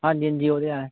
ਹਾਂਜੀ ਹਾਂਜੀ ਉਹ ਤਾਂ ਹੈ